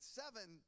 seven